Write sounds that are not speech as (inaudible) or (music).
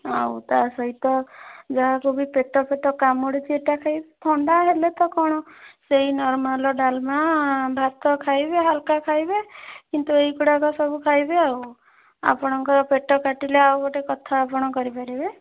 ଆଉ ତା ସହିତ (unintelligible) ପେଟ ଫେଟ କାମୁଡ଼ୁଛି (unintelligible) ଖାଇବେ ଥଣ୍ଡା ହେଲେ ତ କ'ଣ ସେଇ ନର୍ମାଲ ଡାଲମା ଭାତ ଖାଇବେ ହାଲକା ଖାଇବେ କିନ୍ତୁ ଏଇଗୁଡ଼ାକ ସବୁ ଖାଇବେ ଆଉ ଆପଣଙ୍କର ପେଟ କାଟିଲେ ଆଉ ଗୋଟେ କଥା ଆପଣ କରିପାରିବେ